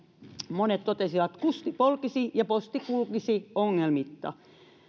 monet totesivat kusti polkisi ja posti kulkisi ongelmitta